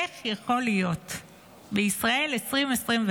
איך יכול להיות שבישראל 2024,